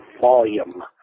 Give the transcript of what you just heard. volume